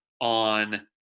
on